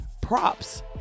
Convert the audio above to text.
props